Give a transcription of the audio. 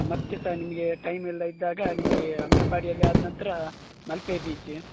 ಮತ್ತು ಸಹ ನಿಮಗೆ ಟೈಮ್ ಇಲ್ಲದೆ ಇದ್ದಾಗ ನಿಮಗೆ ಅಂಬಲಪಾಡಿಯಲ್ಲಿ ಆದ ನಂತರ ಮಲ್ಪೆ ಬೀಚ